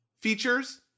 features